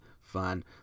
fun